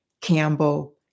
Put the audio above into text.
Campbell